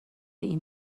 این